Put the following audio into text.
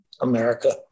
America